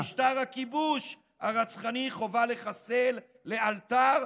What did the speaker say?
את משטר הכיבוש הרצחני חובה לחסל לאלתר,